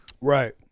right